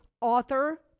author